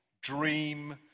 Dream